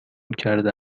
کرده